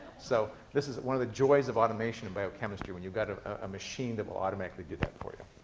so this is one of the joys of automation in biochemistry, when you've got a ah machine that will automatically do that for you.